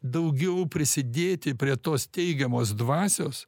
daugiau prisidėti prie tos teigiamos dvasios